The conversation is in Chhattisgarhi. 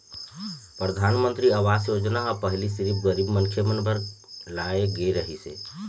परधानमंतरी आवास योजना ह पहिली सिरिफ गरीब मनखे बर लाए गे रहिस हे